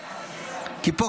כי פה,